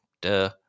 Duh